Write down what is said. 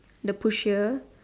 the pusher